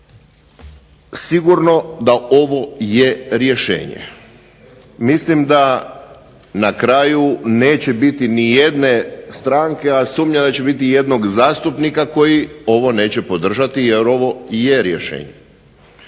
sigurno da ovo je rješenje, mislim da na kraju neće biti ni jedne stranke, a sumnjam da će biti ijednog zastupnika koji ovo neće podržati jer ovo je rješenje.